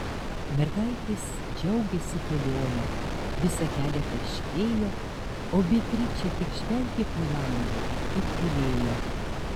mergaitės džiaugėsi kelione visą kelią tarškėjo o beatričė tik žvelgė pro langą ir tylėjo